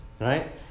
right